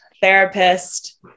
therapist